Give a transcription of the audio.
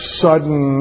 sudden